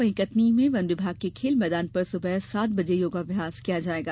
वहीं कटनी मे वन विभाग के खेल मैदान पर सुबह सात बजे योगाभ्यास किया जायेगा